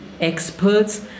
experts